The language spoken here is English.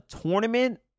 tournament